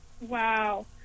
Wow